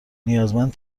نیازمند